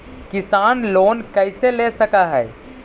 किसान लोन कैसे ले सक है?